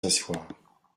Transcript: s’asseoir